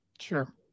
Sure